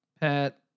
Pat